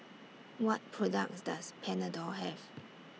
What products Does Panadol Have